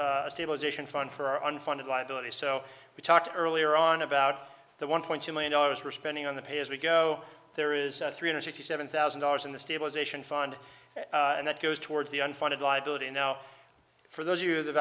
a stabilization fund for our unfunded liability so we talked earlier on about the one point two million dollars we're spending on the pay as we go there is three hundred sixty seven thousand dollars in the stabilization fund and that goes towards the unfunded liability now for those of you th